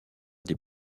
des